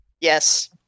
Yes